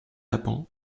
apens